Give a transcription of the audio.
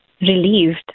Relieved